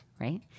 right